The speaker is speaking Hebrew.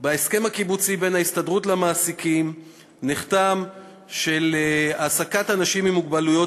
נחתם בהסכם הקיבוצי בין ההסתדרות למעסיקים על העסקת אנשים עם מוגבלויות